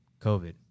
COVID